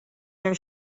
their